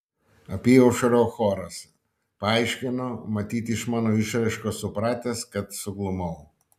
apyaušrio choras paaiškino matyt iš mano išraiškos supratęs kad suglumau